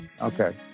Okay